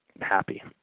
happy